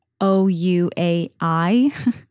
O-U-A-I